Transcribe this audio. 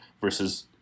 versus